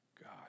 God